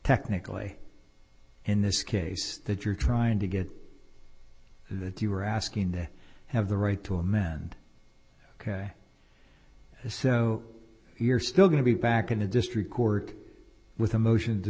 technically in this case that you're trying to get that you are asking to have the right to amend ok so you're still going to be back in the district court with a motion to